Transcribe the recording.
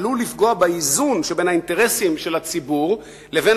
עלול לפגוע באיזון שבין האינטרסים של הציבור לבין